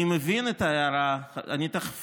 אני תכף